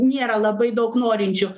nėra labai daug norinčių